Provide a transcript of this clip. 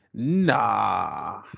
Nah